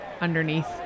underneath